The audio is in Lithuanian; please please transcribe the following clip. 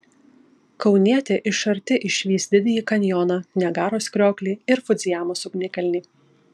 kaunietė iš arti išvys didįjį kanjoną niagaros krioklį ir fudzijamos ugnikalnį